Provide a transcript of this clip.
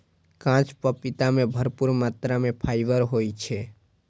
कांच पपीता मे भरपूर मात्रा मे फाइबर होइ छै